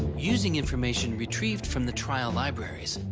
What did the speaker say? using informations retrieved from the trial libraries,